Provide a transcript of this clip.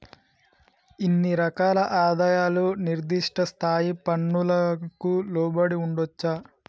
ఇన్ని రకాల ఆదాయాలు నిర్దిష్ట స్థాయి పన్నులకు లోబడి ఉండొచ్చా